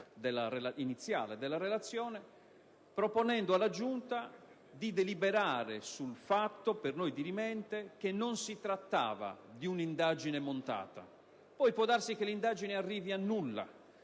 proponendo alla Giunta di deliberare sul fatto, per noi dirimente, che non si tratta di un'indagine montata. Poi può darsi che l'indagine non arrivi a nulla;